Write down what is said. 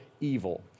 evil